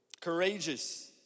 courageous